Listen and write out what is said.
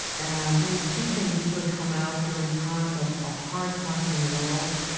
and these teachings usually come out during times of of hard times in the world.